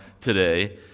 today